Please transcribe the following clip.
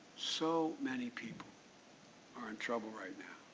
so many people are in trouble right